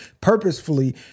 Purposefully